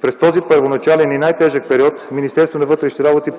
През този първоначален и най-тежък период Министерството на вътрешните работи